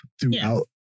throughout